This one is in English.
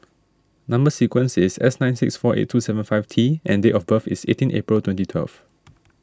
Number Sequence is S nine six four eight two seven five T and date of birth is eighteen April twenty twelve